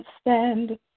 stand